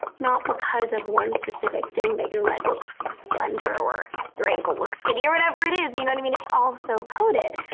not because of one specific thing that your leg looks slender or your ankle looks skinny or whatever it is. you know, i mean, it's also coded.